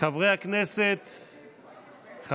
חבר הכנסת בנימין נתניהו.